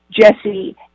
Jesse